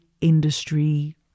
industry